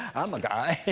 i'm a guy.